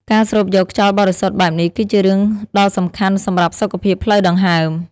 ការស្រូបយកខ្យល់បរិសុទ្ធបែបនេះគឺជារឿងដ៏សំខាន់សម្រាប់សុខភាពផ្លូវដង្ហើម។